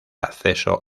acceso